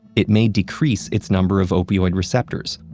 it may decrease its number of opioid receptors,